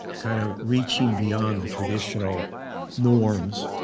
kind of reaching beyond the traditional norms.